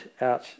out